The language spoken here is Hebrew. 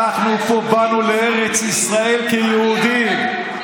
אנחנו פה באנו לארץ ישראל כיהודים.